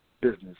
business